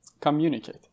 communicate